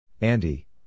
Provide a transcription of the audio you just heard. Andy